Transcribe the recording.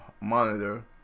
monitor